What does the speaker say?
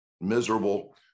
miserable